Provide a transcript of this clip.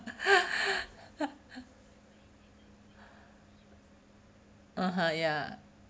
(uh huh) ya